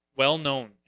well-known